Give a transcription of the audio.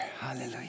Hallelujah